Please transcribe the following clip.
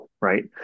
right